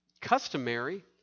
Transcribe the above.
customary